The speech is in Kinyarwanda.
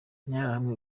interahamwe